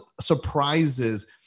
surprises